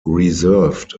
reserved